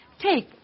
take